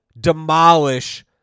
demolish